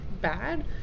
bad